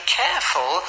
careful